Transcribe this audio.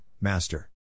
master